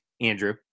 Andrew